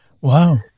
Wow